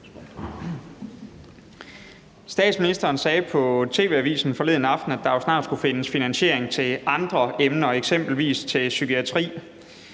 Statsministeren sagde i tv-avisen forleden aften, at der jo snart skulle findes finansiering til andre emner, eksempelvis til psykiatri.